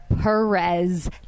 Perez